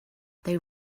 they